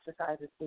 exercises